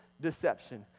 deception